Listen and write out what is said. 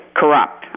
corrupt